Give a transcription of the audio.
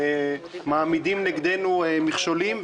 מעמידים בפנינו מכשולים,